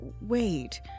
wait